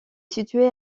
situé